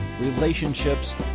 relationships